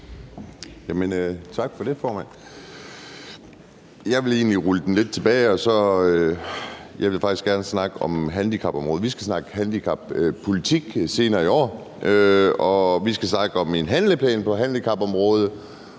Tak for det, formand. Jeg vil egentlig rulle den lidt tilbage og snakke om handicapområdet. Vi skal snakke handicappolitik senere i år, og vi skal snakke om en handleplan på handicapområdet.